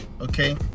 okay